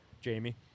Jamie